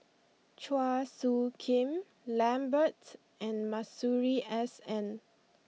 Chua Soo Khim Lambert and Masuri S N